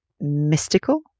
mystical